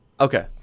Okay